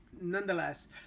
Nonetheless